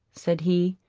said he,